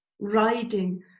riding